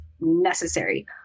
necessary